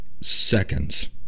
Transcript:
seconds